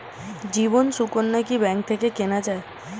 জীবন সুকন্যা কি ব্যাংক থেকে কেনা যায়?